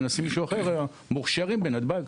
ונשים אנשים מוכשרים בנתב"ג.